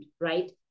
right